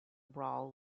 brawl